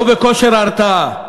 לא בכושר ההרתעה,